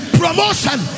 promotion